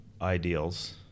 ideals